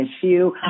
issue